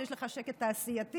כשיש לך שקט תעשייתי,